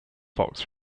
fox